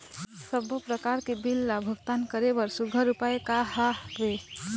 सबों प्रकार के बिल ला भुगतान करे बर सुघ्घर उपाय का हा वे?